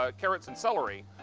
ah carrots and celery.